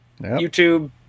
YouTube